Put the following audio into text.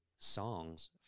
songs